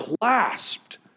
clasped